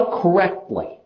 correctly